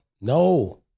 No